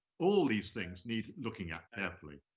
all these things need looking at carefully.